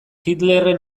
hitlerren